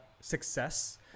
success